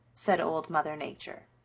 said old mother nature.